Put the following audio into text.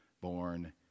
born